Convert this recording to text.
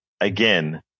again